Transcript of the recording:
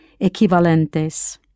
equivalentes